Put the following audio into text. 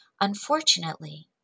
Unfortunately